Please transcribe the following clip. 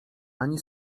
ani